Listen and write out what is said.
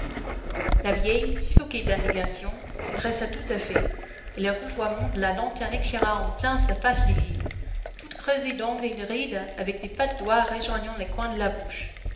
la vieille suffoquée d'indignation se dressa tout à fait et le rougeoiement de la lanterne éclaira en plein sa face livide toute creusée d'angles et de rides avec des pattes d'oie rejoignant les coins de la bouche